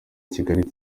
kigali